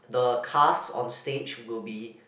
the cast on stage will be